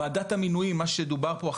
וועדת המינויים מה שדובר פה,